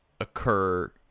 occur